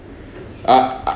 ah ah